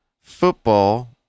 football